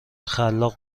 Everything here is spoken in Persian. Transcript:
خلاق